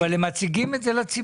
אבל הם מציגים את זה לציבור.